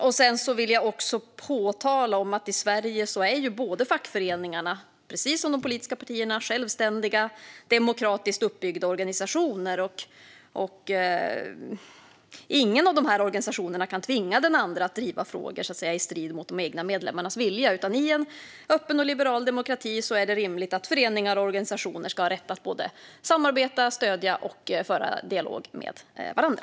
Jag vill påpeka att i Sverige är fackföreningarna, precis som de politiska partierna, självständiga och demokratiskt uppbyggda organisationer. Ingen av organisationerna kan tvinga de andra att driva frågor i strid med de egna medlemmarnas vilja. I en öppen och liberal demokrati är det rimligt att föreningar och organisationer ska ha rätt att både samarbeta, stödja och föra en dialog med varandra.